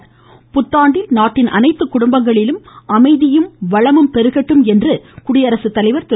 இப்புத்தாண்டில் நாட்டின் அனைத்து குடும்பங்களிலும் அமைதியும் வளமும் பெருகட்டும் என்று குடியரசு தலைவர் திரு